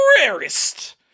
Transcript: rarest